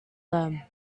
them